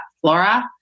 flora